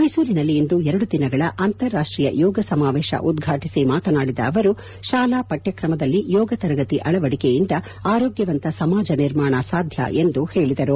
ಮೈಸೂರಿನಲ್ಲಿಂದು ಎರಡು ದಿನಗಳ ಅಂತಾರಾಷ್ಷೀಯ ಯೋಗ ಸಮಾವೇಶ ಉದ್ಘಾಟಿಸಿ ಮಾತನಾಡಿದ ಅವರು ಶಾಲಾ ಪಠ್ವಕ್ರಮದಲ್ಲಿ ಯೋಗ ತರಗತಿ ಅಳವಡಿಕೆಯಿಂದ ಆರೋಗ್ಭವಂತ ಸಮಾಜ ನಿರ್ಮಾಣ ಸಾಧ್ಯ ಎಂದು ಹೇಳದರು